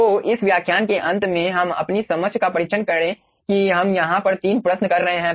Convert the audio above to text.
तो इस व्याख्यान के अंत में हम अपनी समझ का परीक्षण करें कि हम यहाँ पर 3 प्रश्न कर रहे हैं